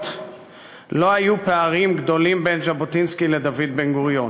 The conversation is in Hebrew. לא היו פערים גדולים בין ז'בוטינסקי לדוד בן-גוריון.